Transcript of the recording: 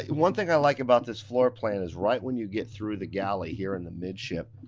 one thing i like about this floor plan is right when you get through the galley here in the midship,